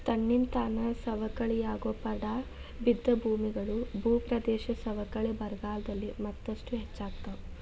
ತನ್ನಿಂತಾನ ಸವಕಳಿಯಾಗೋ ಪಡಾ ಬಿದ್ದ ಭೂಮಿಗಳು, ಭೂಪ್ರದೇಶದ ಸವಕಳಿ ಬರಗಾಲದಿಂದ ಮತ್ತಷ್ಟು ಹೆಚ್ಚಾಗ್ತಾವ